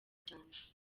cyane